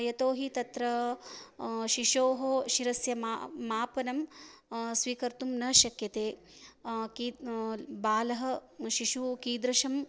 यतोहि तत्र शिशोः शिरस्य मा मापनं स्वीकर्तुं न शक्यते की बालः शिशुः कीदृशं